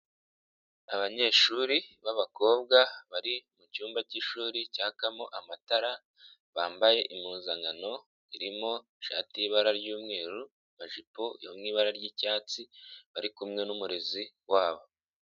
Abanyeshuri b'abakobwa bari mu cyumba k'ishuri cyakamo amatara bambaye impuzankano irimo ishati y'ibara ry'umweru, amajipo yo mu ibara ry'icyatsi, bari kumwe n'umurezi wabo.